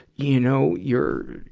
you know, you're,